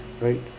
right